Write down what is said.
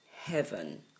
heaven